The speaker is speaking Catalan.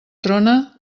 trona